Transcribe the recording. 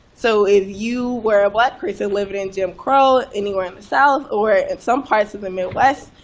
so if you were a black person living in jim crow anywhere in the south, or in some parts of the midwest,